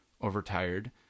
overtired